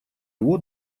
его